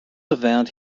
event